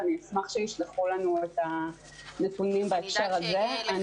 ואשמח שישלחו לנו את הנתונים בהקשר הזה.